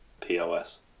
POS